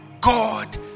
God